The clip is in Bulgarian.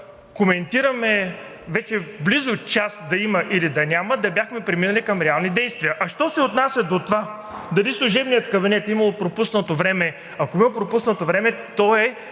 коментираме вече близо час да има или да няма, да бяхме преминали към реални действия. А що се отнася до това дали служебният кабинет е имал пропуснато време. Ако е имало пропуснато време, то е